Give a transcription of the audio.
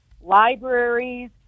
libraries